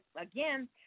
Again